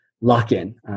lock-in